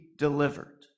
delivered